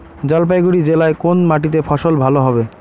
জলপাইগুড়ি জেলায় কোন মাটিতে ফসল ভালো হবে?